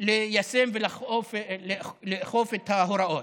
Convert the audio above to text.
ליישם ולאכוף את ההוראות.